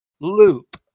loop